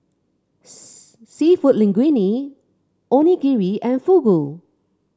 seafood Linguine Onigiri and Fugu